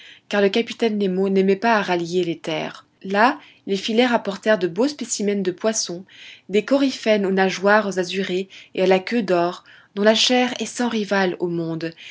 car le capitaine nemo n'aimait pas à rallier les terres là les filets rapportèrent de beaux spécimens de poissons des choryphènes aux nageoires azurées et à la queue d'or dont la chair est sans rivale au monde